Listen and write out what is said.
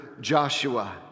Joshua